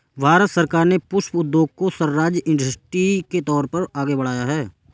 भारत सरकार ने पुष्प उद्योग को सनराइज इंडस्ट्री के तौर पर आगे बढ़ाया है